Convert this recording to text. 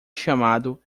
chamado